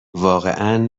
واقعا